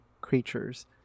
creatures